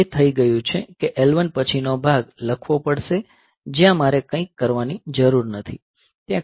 હવે એ થઈ ગયું છે કે L1 પછીનો ભાગ લખવો પડશે જ્યાં મારે કંઈ કરવાની જરૂર નથી